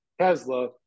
Tesla